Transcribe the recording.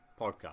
podcast